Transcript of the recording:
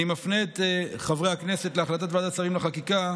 אני מפנה את חברי הכנסת להחלטת ועדת השרים לחקיקה